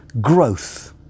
growth